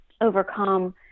overcome